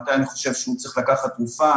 מתי אני חושב שהוא צריך לקחת תרופה,